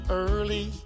early